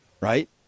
right